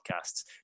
Podcasts